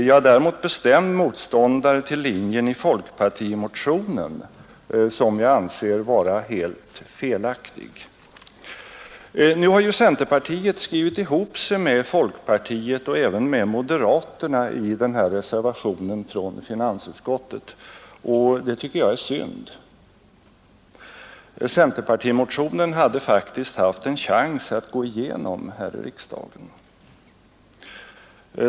Jag är däremot bestämd motståndare till folkpartimotionens linje, som jag anser vara helt felaktig. Nu har ju centerpartiet skrivit ihop sig med folkpartiet och även med moderaterna i reservationen, och det tycker jag är synd. Centerpartimotionen hade faktiskt haft en chans att gå igenom här i riksdagen.